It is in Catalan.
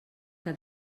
que